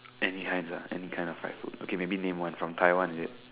and he has a any kind of fried food okay maybe name one from Taiwan is it